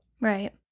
Right